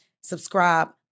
subscribe